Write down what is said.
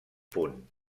punt